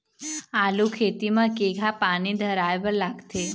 आलू खेती म केघा पानी धराए बर लागथे?